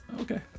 Okay